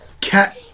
cat